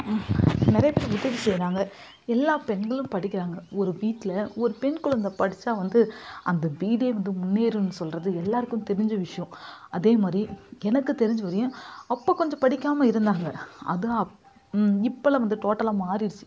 நிறைய பேர் உதவி செய்கிறாங்க எல்லா பெண்களும் படிக்கிறாங்க ஒரு வீட்ல ஒரு பெண் குழந்த படிச்சால் வந்து அந்த வீடே வந்து முன்னேறும்னு சொல்கிறது எல்லாருக்கும் தெரிஞ்ச விஷயம் அதே மாதிரி எனக்கு தெரிஞ்ச வரையும் அப்போ கொஞ்சம் படிக்காமல் இருந்தாங்க அது அப் இப்போலாம் வந்து டோட்டலாக மாறிடுச்சு